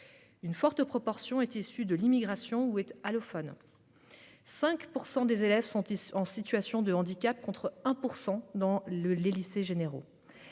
une forte proportion est issue de l'immigration ou est allophone ; 5 % des élèves sont en situation de handicap, contre 1 % des « lycéens généraux